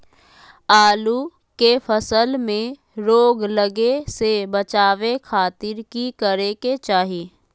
आलू के फसल में रोग लगे से बचावे खातिर की करे के चाही?